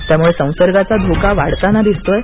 त्यामुळं संसर्गाचा धोका वाढताना दिसत आहे